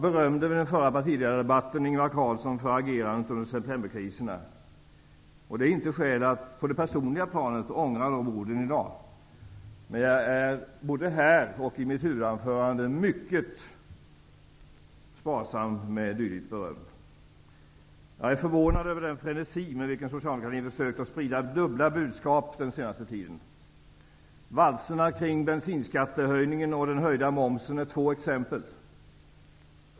I förra partiledardebatten berömde jag Ingvar Carlsson för agerandet under septemberkriserna. Det finns inte skäl att på det personliga planet ångra de orden i dag. Men både nu och i mitt huvudanförande är jag mycket sparsam med dylikt beröm. Jag är förvånad över den frenesi med vilken Socialdemokraterna försökt att sprida dubbla budskap under den senaste tiden. Valserna kring bensinskattehöjningen och den höjda momsen är två exempel.